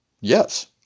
Yes